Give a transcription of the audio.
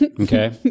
Okay